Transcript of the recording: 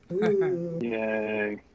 Yay